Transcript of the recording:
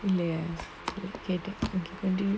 ya I think I think